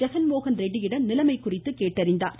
ஜெகன்மோகன் ரெட்டியிடம் நிலைமை குறித்து கேட்டறிந்தார்